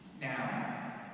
now